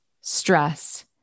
stress